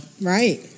right